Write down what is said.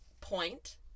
point